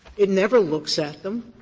it never looks at them